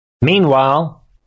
meanwhile